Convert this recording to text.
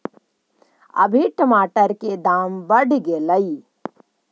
अभी टमाटर के दाम बढ़ गेलइ